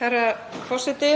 Virðulegi forseti,